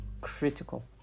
critical